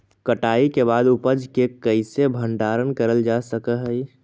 कटाई के बाद उपज के कईसे भंडारण करल जा सक हई?